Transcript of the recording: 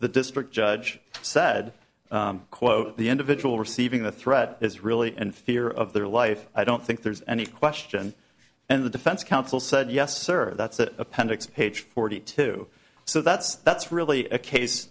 the district judge said quote the individual receiving the threat is really in fear of their life i don't think there's any question and the defense counsel said yes sir that's that appendix page forty two so that's that's really a case